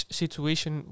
situation